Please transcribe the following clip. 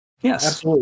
Yes